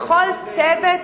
בכל צוות,